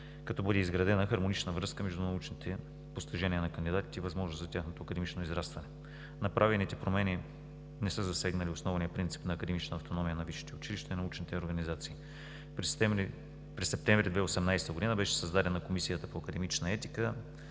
като бъде изградена хармонична връзка между постижения на кандидатите и възможност за тяхното академично израстване. Направените промени не са засегнали основния принцип на академична автономия на висшите училища и научните организации. През месец септември 2018 г. беше създадена Комисията по академична етика,